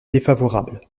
défavorable